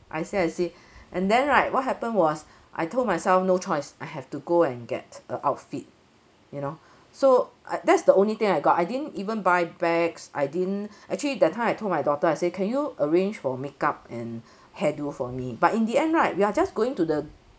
I see I see and then right what happened was I told myself no choice I have to go and get a outfit you know so I that's the only thing I got I didn't even buy bags I didn't actually that time I told my daughter I say can you arrange for makeup and hairdo for me but in the end right we are just going to the